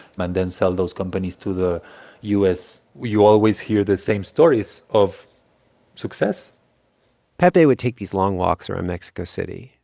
and then sell those companies to the u s. you always hear the same stories of success pepe would take these long walks around mexico city,